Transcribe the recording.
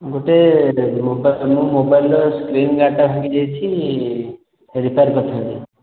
ଗୋଟେ ମୋ ମୋବାଇଲ୍ର ସ୍କ୍ରିନ୍ ଗାର୍ଡ଼୍ଟା ଭାଙ୍ଗି ଯାଇଛି ରିପେର୍ କରିଥାନ୍ତି